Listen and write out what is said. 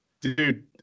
dude